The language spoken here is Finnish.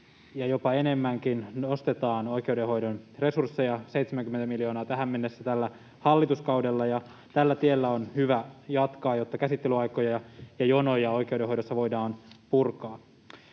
jopa enemmänkin nostetaan oikeudenhoidon resursseja, 70 miljoonaa tähän mennessä tällä hallituskaudella. Tällä tiellä on hyvä jatkaa, jotta käsittelyaikoja ja jonoja oikeudenhoidossa voidaan purkaa.